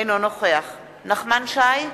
אינו נוכח נחמן שי,